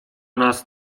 nas